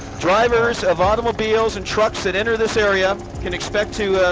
drivers of automobiles and trucks that enter this area can expect to,